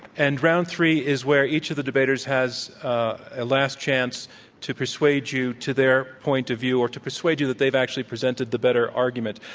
and round three is where each of the debaters has a last chance to persuade you to their point of view or to persuade you that they've actually presented the better argument.